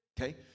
Okay